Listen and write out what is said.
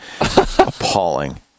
appalling